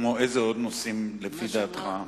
אילו עוד נושאים לפי דעתך?